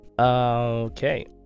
Okay